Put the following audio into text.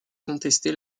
contester